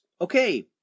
Okay